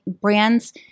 brands